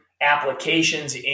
applications